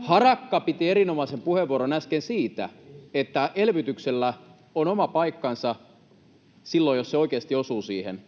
Harakka piti erinomaisen puheenvuoron äsken siitä, että elvytyksellä on oma paikkansa silloin, jos se oikeasti osuu siihen.